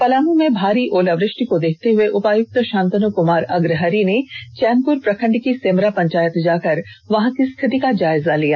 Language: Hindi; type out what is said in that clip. पलामू में भारी ओलावृष्टि को देखते हुए उपायुक्त शांतन् कमार अग्रहरि ने चैनपुर प्रखंड की सेमरा पंचायत जाकर वहां की स्थिति का जायजा लिया